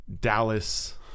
Dallas